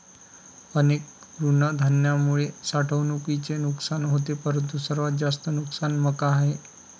अनेक तृणधान्यांमुळे साठवणुकीचे नुकसान होते परंतु सर्वात जास्त नुकसान मका आहे